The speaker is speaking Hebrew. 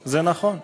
זה נכון.